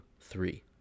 three